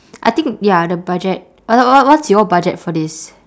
I think ya the budget w~ w~ what's your budget for this